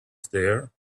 there